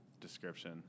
description